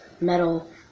metal